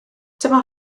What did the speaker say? dyma